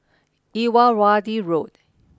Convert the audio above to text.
Rrrawaddy Road